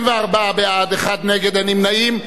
24 בעד, אחד נגד, אין נמנעים.